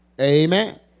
Amen